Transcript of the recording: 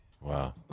Wow